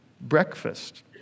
breakfast